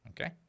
Okay